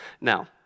Now